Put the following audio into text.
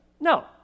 No